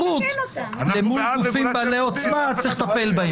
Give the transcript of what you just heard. ובזהירות למול גופים בעלי עוצמה, וצריך לטפל בהם.